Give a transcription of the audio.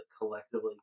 collectively